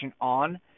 on